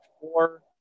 four